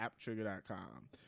apptrigger.com